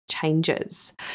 changes